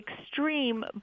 extreme